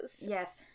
Yes